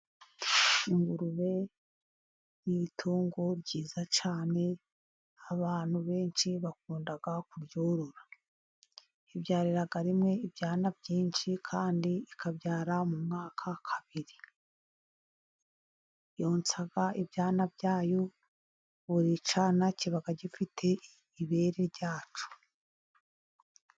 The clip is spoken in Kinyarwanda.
Ingurube ni itungo ryiza cyane. Abantu benshi bakunda kuryorora, ibyarira rimwe ibyana byinshi kandi ikabyara mu mwaka kabiri. Yonsa ibyana byayo, buri cyana kiba gifite ibere ryacyo.